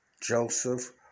Joseph